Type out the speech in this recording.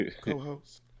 co-host